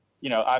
you know, um